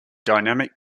dynamic